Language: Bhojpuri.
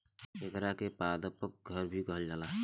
एकरा के पादप घर भी कहल जाला